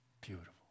beautiful